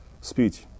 speech